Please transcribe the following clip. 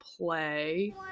play